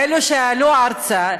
אלו שיעלו ארצה,